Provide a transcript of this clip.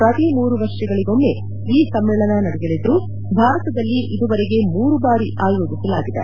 ಪ್ರತಿ ಮೂರು ವರ್ಷಗಳಿಗೊಮ್ಮೆ ಈ ಸಮ್ಮೇಳನ ನಡೆಯಲಿದ್ದು ಭಾರತದಲ್ಲಿ ಇದುವರೆಗೆ ಮೂರು ಬಾರಿ ಅಯೋಜಿಸಲಾಗಿದೆ